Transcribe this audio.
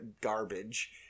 garbage